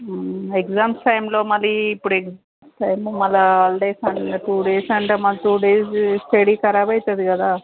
exams టైంలో మరి ఇప్పుడు ఎగ్జామ్స్ టైం మళ్ళా హాలిడేస్ టూ డేస్ అంటే మాకు డేస్ స్టడీ కరాబ్ అవుతుంది కదా